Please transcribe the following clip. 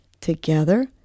Together